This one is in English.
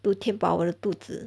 to 填饱我的肚子